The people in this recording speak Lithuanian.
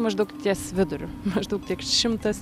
maždaug ties viduriu maždaug tik šimtas